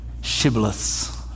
shibboleths